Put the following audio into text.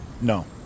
No